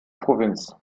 provinz